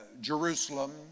Jerusalem